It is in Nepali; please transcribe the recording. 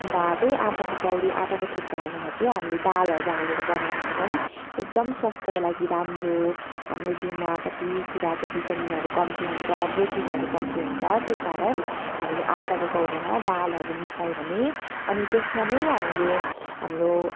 अन्त त्यही आटाको कौडी आटाको थुक्पाहरूमा चाहिँ हामीले दालहरू हालेर बनायौँ भने झन् एकदम स्वास्थ्यको लागि राम्रो हो हाम्रो जिउमा कति कुराको भिटामिनहरू कम्ती हुन्छ प्रोटिनहरू कम्ती हुन्छ त्यही कारण हामीले आटाको कौडीमा दालहरू मिसायो भने अनि त्यसमा नै हामीले हाम्रो